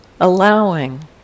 allowing